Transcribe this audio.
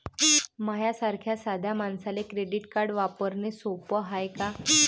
माह्या सारख्या साध्या मानसाले क्रेडिट कार्ड वापरने सोपं हाय का?